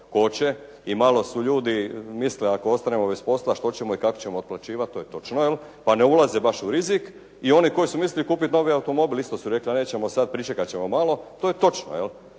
koče i malo su ljudi misle ako ostanemo bez posla što ćemo i kako ćemo otplaćivati to je točno pa ne ulaze baš u rizik. I oni koji su mislili kupiti novi automobil isto su rekli nećemo sad, pričekat ćemo malo. To je točno.